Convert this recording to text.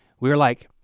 we were like,